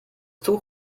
tuch